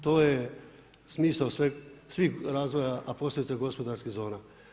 To je smisao svih razvoja, a posebice gospodarskih zona.